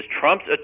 Trump's